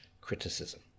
criticism